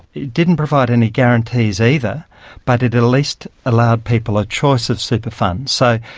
it didn't provide any guarantees either but it at least allowed people a choice of super funds. so,